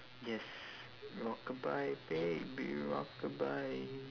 yes rockabye baby rockabye